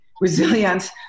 resilience